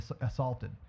assaulted